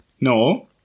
no